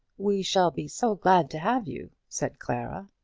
we shall be so glad to have you! said clara.